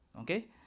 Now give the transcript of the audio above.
Okay